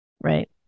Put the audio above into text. Right